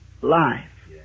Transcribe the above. life